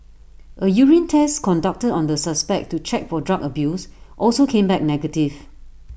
A urine test conducted on the suspect to check for drug abuse also came back negative